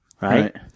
right